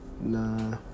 Nah